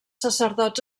sacerdots